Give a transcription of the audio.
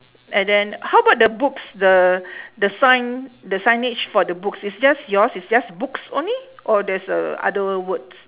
and then how about the books the the sign the signage for the books is just yours is just books only or there's uh other words